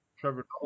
Trevor